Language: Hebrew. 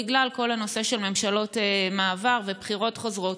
בגלל כל הנושא של ממשלות מעבר ובחירות חוזרות.